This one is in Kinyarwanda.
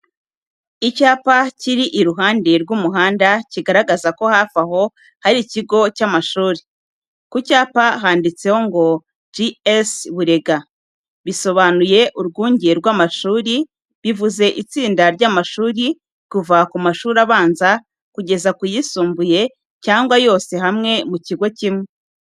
Icyapa kiri iruhande rw'umuhanda kigaragaza ko hafi aho hari ikigo cy'amashuri. Ku cyapa handitseho ngo "G.S Burega," bisobanuye urwunjye rw'amashuri. Bivuze itsinda ry’amashuri kuva ku mashuri abanza kugeza ku yisumbuye cyangwa yose hamwe mu kigo kimwe.